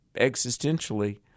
existentially